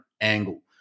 angle